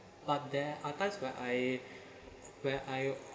but there are times where I where I